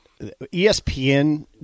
ESPN